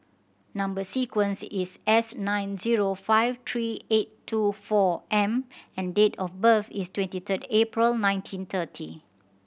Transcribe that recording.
number sequence is S nine zero five three eight two four M and date of birth is twenty third April nineteen thirty